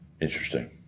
Interesting